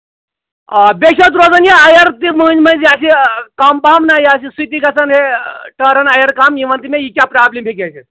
آ بیٚیہِ چھِ اَتھ روزان یہِ اَیَر تہِ مٔنٛزۍ مٔنٛزۍ یَتھ یہِ کَم پَہم نہ یَتھ چھِ سۭتی گژھان ہے ٹٲرَن اَیَر کَم یہِ وَن تہٕ مےٚ یہِ کیٛاہ پرٛابلِم ہیٚکہِ ٲسِتھ